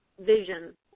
vision